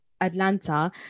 Atlanta